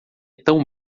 tão